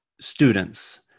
students